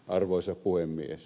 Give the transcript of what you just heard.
arvoisa puhemies